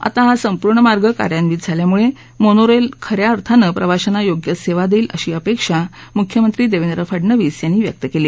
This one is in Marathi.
आता हा संपूर्ण मार्ग कार्यान्वित झाल्यामुळे मोनोरेल आता खऱ्या अर्थानं प्रवाशांना योग्य सेवा देईल अशी अपेक्षा मुख्यमंत्री देवेंद्र फडणवीस यांनी व्यक्त केली